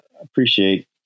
appreciate